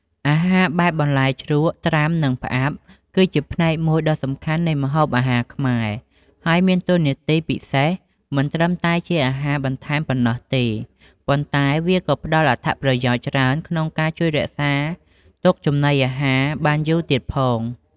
អាហារបែបបន្លែជ្រក់ ត្រាំ និងផ្អាប់ គឺជាផ្នែកមួយដ៏សំខាន់នៃម្ហូបអាហារខ្មែរ ហើយមានតួនាទីពិសេសមិនត្រឹមតែជាអាហារបន្ថែមប៉ុណ្ណោះទេ ប៉ុន្តែវាក៏ផ្ដល់អត្ថប្រយោជន៍ច្រើនក្នុងការជួយរក្សាទុកចំណីអាហារបានយូរទៀតផង។